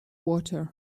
water